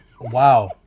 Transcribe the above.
Wow